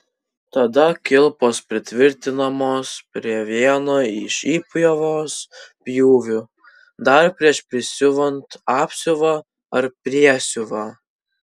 tada kilpos pritvirtinamos prie vieno iš įpjovos pjūvių dar prieš prisiuvant apsiuvą ar priesiuvą